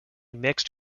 mixed